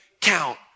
count